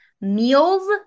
meals